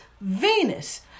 Venus